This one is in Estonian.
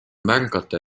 märgata